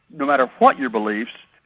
no matter what your beliefs,